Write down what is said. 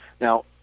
Now